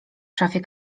szafie